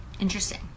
Interesting